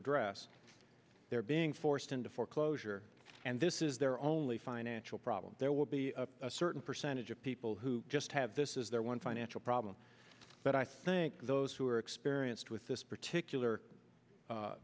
address they're being forced into foreclosure and this is their only financial problem there will be a certain percentage of people who just have this is their one financial problem but i think those who are experienced with this particular